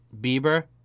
Bieber